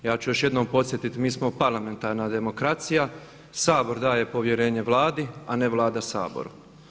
Ja ću još jednom podsjetiti, mi smo parlamentarna demokracija Sabor daje povjerenje Vladi a ne Vlada Saboru.